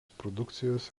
produkcijos